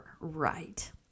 right